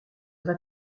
vas